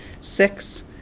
six